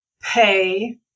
pay